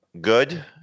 good